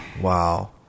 Wow